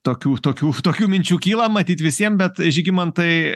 tokių tokių tokių minčių kyla matyt visiem bet žygimantai